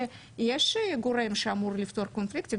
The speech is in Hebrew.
שיש גורם שאמור לפתור קונפליקטים,